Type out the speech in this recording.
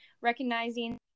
recognizing